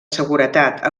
seguretat